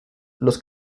los